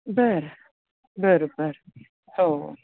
बरं बरोबर हो